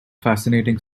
fascinating